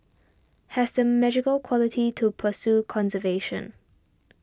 has the magical quality to pursue conservation